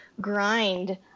grind